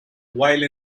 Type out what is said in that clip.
while